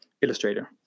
illustrator